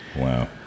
Wow